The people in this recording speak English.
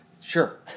Sure